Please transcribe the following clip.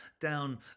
down